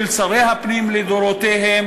של שרי הפנים לדורותיהם.